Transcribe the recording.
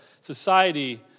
society